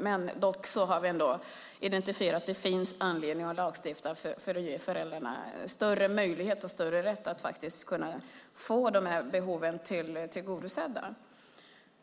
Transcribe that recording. Men vi har ändå identifierat att det finns anledning att lagstifta för att ge föräldrarna större möjlighet och större rätt att faktiskt få de här behoven tillgodosedda.